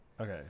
Okay